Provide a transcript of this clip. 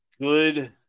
good